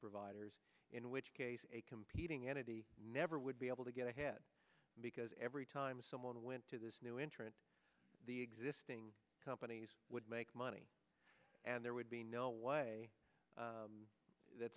providers in which case a competing entity never would be able to get ahead every time someone went to this new entrant the existing companies would make money and there would be no way that